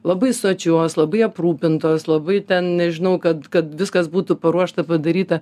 labai sočios labai aprūpintos labai ten nežinau kad kad viskas būtų paruošta padaryta